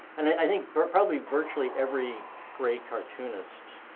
and i think probably virtually every great cartoonist